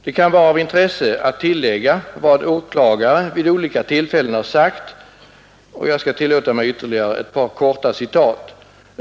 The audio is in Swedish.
Det kan vara av intresse att tillägga vad åklagare vid olika tillfällen har sagt, och jag skall tillåta mig ytterligare ett par korta citat.